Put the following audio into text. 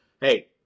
hey